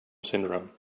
syndrome